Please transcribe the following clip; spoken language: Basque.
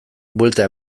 buelta